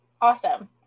Awesome